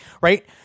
Right